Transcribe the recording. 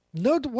No